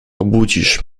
obudzisz